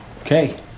okay